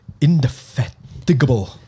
indefatigable